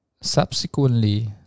subsequently